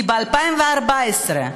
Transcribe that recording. כי ב-2014,